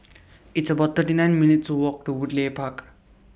It's about thirty nine minutes' Walk to Woodleigh Park